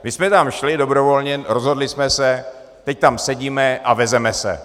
My jsme tam šli dobrovolně, rozhodli jsme se, teď tam sedíme a vezeme se.